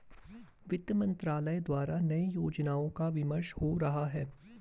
वित्त मंत्रालय द्वारा नए योजनाओं पर विमर्श हो रहा है